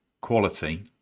quality